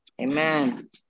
Amen